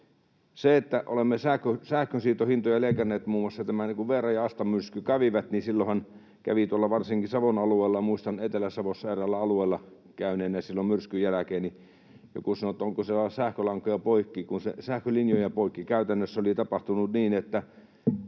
edullista. Olemme sähkönsiirtohintoja leikanneet. Muun muassa Veera- ja Asta-myrsky kävivät tuolla varsinkin Savon alueella, ja muistan Etelä-Savossa eräällä alueella käyneeni silloin myrskyn jälkeen, ja joku sanoi, onko siellä sähkölinjoja poikki. Käytännössä oli tapahtunut niin, että